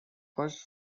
first